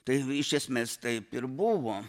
tai iš esmės taip ir buvo